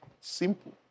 Simple